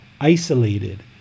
isolated